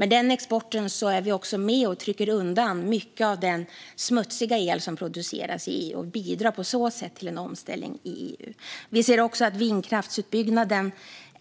Med den exporten är vi med och trycker undan mycket av den smutsiga el som produceras i EU och bidrar på så sätt till en omställning i EU. Vi ser också att vindkraftsutbyggnaden